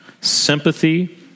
sympathy